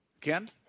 Ken